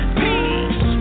peace